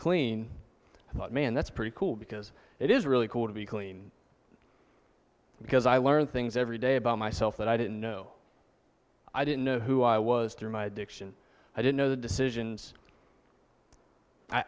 clean but man that's pretty cool because it is really cool to be clean because i learned things every day about myself that i didn't know i didn't know who i was through my addiction i didn't know the decisions i